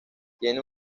tiene